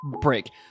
Break